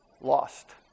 Lost